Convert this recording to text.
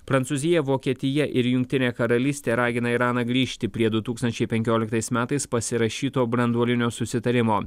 prancūzija vokietija ir jungtinė karalystė ragina iraną grįžti prie du tūkstančiai penkioliktais metais pasirašyto branduolinio susitarimo